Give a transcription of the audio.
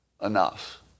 enough